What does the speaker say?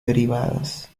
derivadas